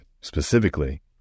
specifically